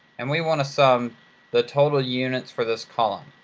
and we want to sum the total units for this column.